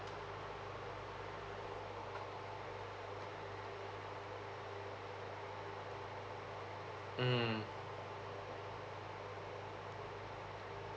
hmm